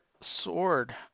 Sword